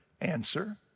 Answer